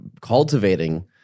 Cultivating